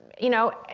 you know,